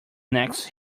next